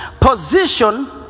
position